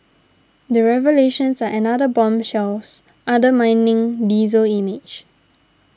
the revelations are another bombshells undermining diesel's image